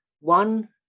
one